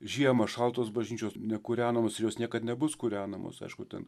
žiemą šaltos bažnyčios nekūrenamos ir jos niekad nebus kūrenamos aišku ten